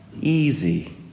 easy